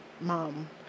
mom